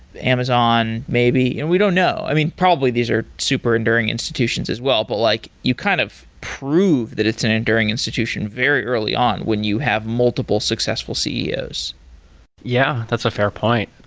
amazon maybe. and we don't know. i mean, probably these are super enduring institutions as well, but like you kind of prove that it's an enduring institution very early on when you have multiple successful ceos yeah, that's a fair point.